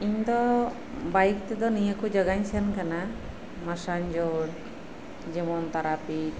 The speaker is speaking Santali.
ᱤᱧ ᱫᱚ ᱵᱟᱭᱤᱠ ᱛᱮᱫᱚ ᱱᱤᱭᱟᱹ ᱠᱚ ᱡᱟᱭᱜᱟᱧ ᱥᱮᱱ ᱟᱠᱟᱱᱟ ᱢᱟᱥᱟᱧᱡᱳᱨ ᱡᱮᱢᱚᱱ ᱛᱟᱨᱟᱯᱤᱴ